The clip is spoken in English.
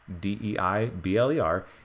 D-E-I-B-L-E-R